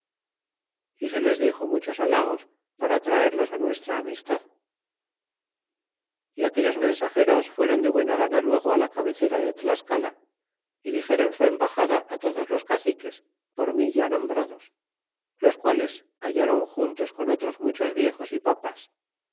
y se les dixo muchos halagos para traerlos nuestra amistad y aquellos mensageros fuéron de buena gana luego á la cabecera de tlascala y dixdron su embaxada á todos los caciques por mí ya nombrados los quales halláron juntos con otros muchos viejos y papas